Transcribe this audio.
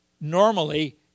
normally